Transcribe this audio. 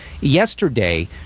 yesterday